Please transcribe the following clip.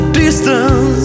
distance